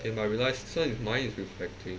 eh but I realize this one is mine is reflective